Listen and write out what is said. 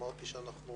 אמרתי שאנחנו